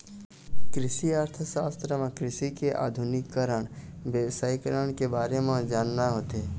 कृषि अर्थसास्त्र म कृषि के आधुनिकीकरन, बेवसायिकरन के बारे म जानना होथे